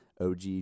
OG